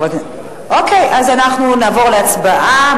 אוקיי, אז אנחנו נעבור להצבעה.